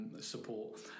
support